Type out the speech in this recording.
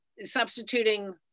substituting